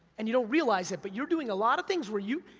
and you don't realize it but you're doing a lot of things where you,